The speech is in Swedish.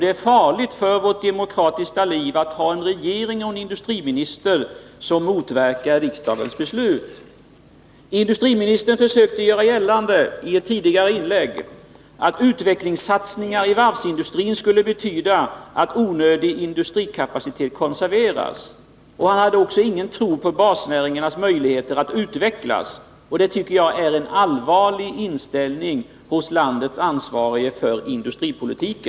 Det är farligt för vårt demokratiska liv att ha en regering och en industriminister som motverkar riksdagsbeslut. Industriministern försökte tidigare göra gällande att utvecklingssatsningar i varvsindustrin skulle betyda att onödig industrikapacitet konserveras. Han hade heller inte någon tro på basnäringarnas möjligheter att utvecklas. Jag tycker det är allvarligt att vi möter en sådan inställning hos den som är huvudansvarig för landets industripolitik.